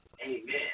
Amen